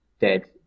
dead